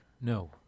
No